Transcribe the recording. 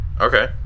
okay